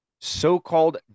So-called